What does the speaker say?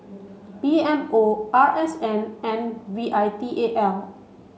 P M O R S N and V I T A L